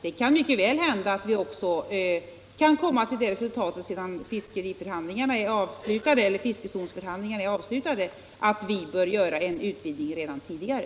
Det kan mycket väl hända att vi, sedan fiskezonsförhandlingarna har avslutats, bedömer det så, att vi bör göra en utvidgning av territorialhavet redan tidigare.